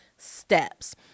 steps